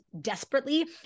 desperately